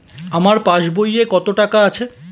আমার পাস বইয়ে কত টাকা আছে?